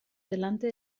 delante